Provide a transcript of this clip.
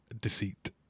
deceit